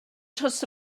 dros